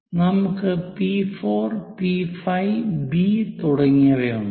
പിന്നെ നമുക്ക് P 4 P 5 B തുടങ്ങിയവയുണ്ട്